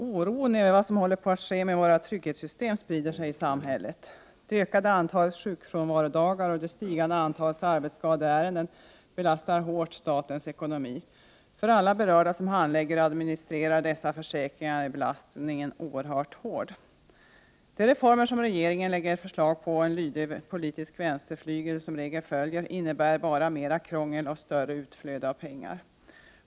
Herr talman! Oron över vad som håller på att ske med våra trygghetssystem sprider sig i samhället. Det ökande antalet sjukfrånvarodagar och det stigande antalet arbetsskadeärenden belastar statens ekonomi hårt. För alla berörda som handlägger och administrerar dessa försäkringar är belastningen oerhört stor. De reformer som regeringen lägger förslag om och en lydig politisk vänsterflygel som regel följer innebär bara mera krångel och större utflöde av pengar.